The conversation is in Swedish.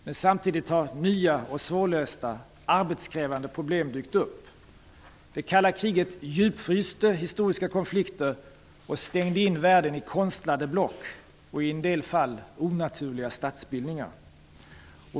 Men samtidigt har nya, svårlösta och arbetskrävande problem dykt upp. Det kalla kriget djupfryste historiska konflikter och stängde in världen i konstlade block, i en del fall i onaturliga statsbildningar.